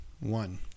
one